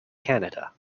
canada